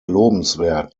lobenswert